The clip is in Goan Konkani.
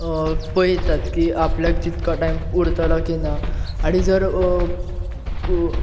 पयतात की आपल्याक कितको टायम उरतलो की ना आनी जर